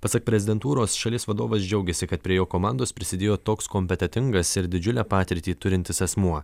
pasak prezidentūros šalies vadovas džiaugėsi kad prie jo komandos prisidėjo toks kompetentingas ir didžiulę patirtį turintis asmuo